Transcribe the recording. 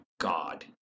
god